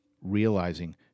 realizing